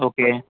okay